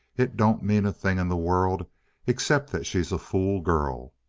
it don't mean a thing in the world except that she's a fool girl.